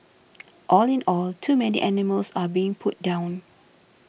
all in all too many animals are being put down